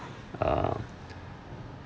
err